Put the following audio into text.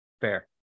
Fair